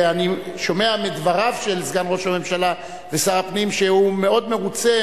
ואני שומע מדבריו של סגן ראש הממשלה ושר הפנים שהוא מאוד מרוצה